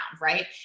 right